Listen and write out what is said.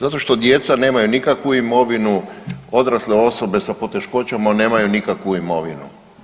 Zato što djeca nemaju nikakvu imovinu, odrasle osobe sa poteškoćama nemaju nikakvu imovinu.